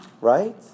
Right